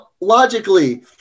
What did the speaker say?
logically